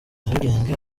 nyarugenge